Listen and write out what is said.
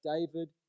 David